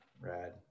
Rad